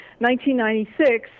1996